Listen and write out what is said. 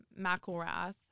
McElrath